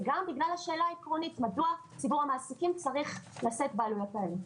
וגם בשל השאלה העקרונית מדוע ציבור המעסיקים צריך לשאת בעלויות האלה.